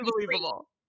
Unbelievable